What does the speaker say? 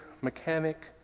mechanic